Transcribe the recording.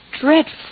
dreadful